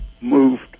moved